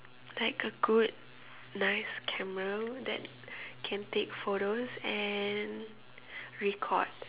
like a good nice camera that can take photos and record